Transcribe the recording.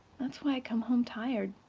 that is why i come home tired.